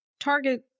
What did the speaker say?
Target